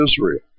Israel